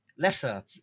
Lesser